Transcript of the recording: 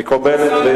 מקובלת,